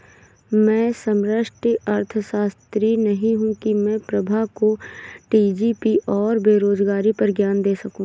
मैं समष्टि अर्थशास्त्री नहीं हूं की मैं प्रभा को जी.डी.पी और बेरोजगारी पर ज्ञान दे सकूं